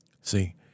See